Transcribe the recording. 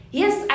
yes